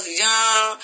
young